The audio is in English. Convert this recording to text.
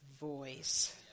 voice